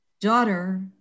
daughter